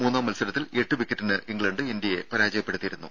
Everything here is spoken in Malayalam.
മൂന്നാം മത്സരത്തിൽ എട്ടു വിക്കറ്റിന് ഇംഗ്ലണ്ട് ഇന്ത്യയെ പരാജയപ്പെടുത്തിയിരുന്നു